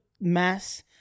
mass